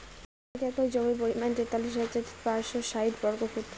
এক একর জমির পরিমাণ তেতাল্লিশ হাজার পাঁচশ ষাইট বর্গফুট